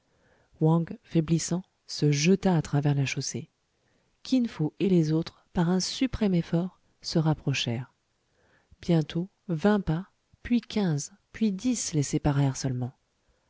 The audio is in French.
faiblissant se jeta à travers la chaussée kin fo et les autres par un suprême effort se rapprochèrent bientôt vingt pas puis quinze puis dix les séparèrent seulement